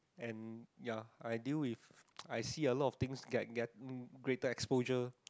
and ya I deal with I see a lot of things get get greater exposure